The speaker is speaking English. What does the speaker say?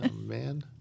man